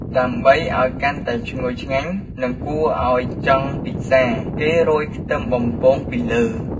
ដើម្បីឱ្យកាន់តែឈ្ងុយឆ្ងាញ់ និងគួរឱ្យចង់ពិសា គេរោយខ្ទឹមបំពងពីលើ។